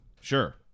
sure